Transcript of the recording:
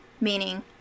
meaning